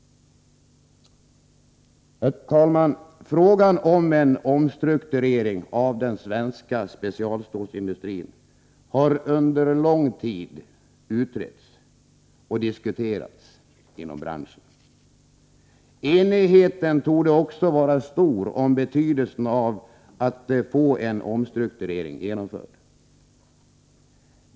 Herr talman! Frågan om en omstrukturering av den svenska specialstålsindustrin har under lång tid utretts och diskuterats inom branschen. Enigheten torde också vara stor om betydelsen av att få en omstrukturering genomförd.